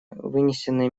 вынесенные